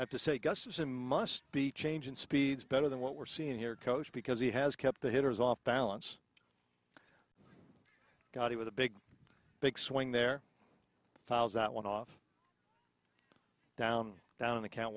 i have to say gus is a must be changing speeds better than what we're seeing here coach because he has kept the hitters off balance god he was a big big swing their files that went off down down in the count